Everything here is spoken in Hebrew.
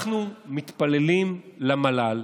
אנחנו מתפללים למל"ל.